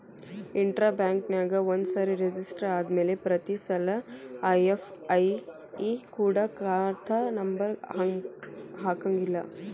intra ಬ್ಯಾಂಕ್ನ್ಯಾಗ ಒಂದ್ಸರೆ register ಆದ್ಮ್ಯಾಲೆ ಪ್ರತಿಸಲ ಐ.ಎಫ್.ಎಸ್.ಇ ಕೊಡ ಖಾತಾ ನಂಬರ ಹಾಕಂಗಿಲ್ಲಾ